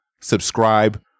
Subscribe